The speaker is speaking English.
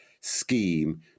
scheme